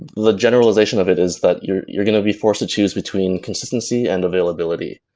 the generalization of it is that you're you're going to be forced to choose between consistency and availability.